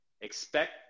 expect